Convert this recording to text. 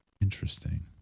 Interesting